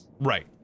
Right